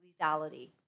lethality